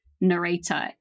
narrator